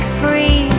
free